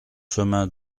chemin